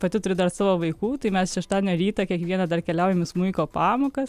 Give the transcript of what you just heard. pati turi dar savo vaikų tai mes šeštadienio rytą kiekvieną dar keliaujam į smuiko pamokas